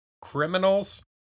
criminals